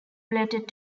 related